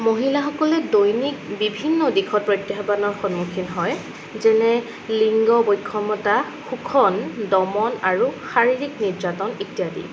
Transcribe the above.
মহিলাসকলে দৈনিক বিভিন্ন দিশত প্ৰত্যাহ্বানৰ সন্মুখীন হয় যেনে লিংগ বৈষম্যতা শোষণ দমন আৰু শাৰীৰিক নিৰ্যাতন ইত্যাদি